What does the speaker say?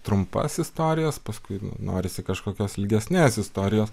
trumpas istorijas paskui norisi kažkokios ilgesnės istorijos